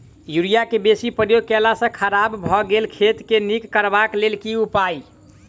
Urea केँ बेसी प्रयोग केला सऽ खराब भऽ गेल खेत केँ नीक करबाक लेल की उपाय?